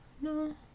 No